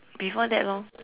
before that lor